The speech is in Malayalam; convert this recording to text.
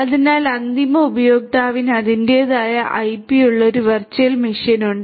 അതിനാൽ അന്തിമ ഉപയോക്താവിന് അതിന്റേതായ ഐപി ഉള്ള ഒരു വെർച്വൽ മെഷീൻ ഉണ്ട്